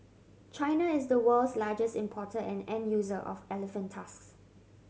China is the world's largest importer and end user of elephant tusks